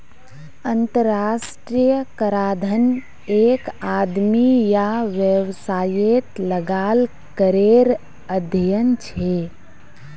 अंतर्राष्ट्रीय कराधन एक आदमी या वैवसायेत लगाल करेर अध्यन छे